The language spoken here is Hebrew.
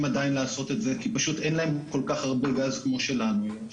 עדיין לעשות את זה כי פשוט אין להם כל כך הרבה גז כמו שלנו יש,